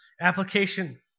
Application